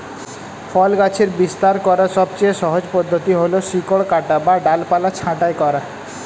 ফল গাছের বিস্তার করার সবচেয়ে সহজ পদ্ধতি হল শিকড় কাটা বা ডালপালা ছাঁটাই করা